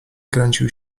kręcił